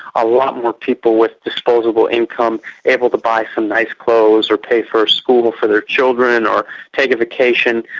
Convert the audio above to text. a lot more people with disposable income able to buy some nice clothes or pay for school for their children or take a vacation.